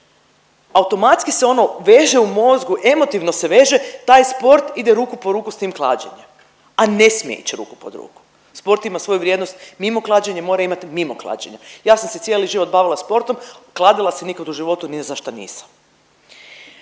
Automatski se ono veže u mozgu emotivno se veže taj sport ide ruku pod ruku s tim klađenjem, a ne smije ići ruku pod ruku. Sport ima svoju vrijednost mimo klađenja, mora imat mimo klađenja. Ja sam se cijeli život bavila sportom kladila se nikad u životu ni za šta nisam.